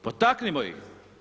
Potaknimo ih.